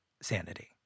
sanity